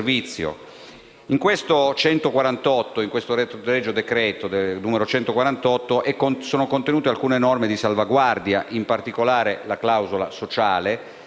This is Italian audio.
regio decreto n. 148 sono contenute alcune norme di salvaguardia, in particolare la clausola sociale, che